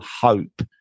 hope